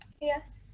Yes